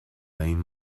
این